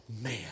man